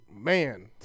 Man